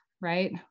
right